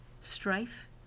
strife